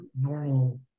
normal